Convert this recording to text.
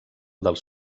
dels